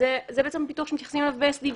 זה בעצם הפיתוח שמתייחסים אליו ב-SDGs.